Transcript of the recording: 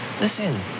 listen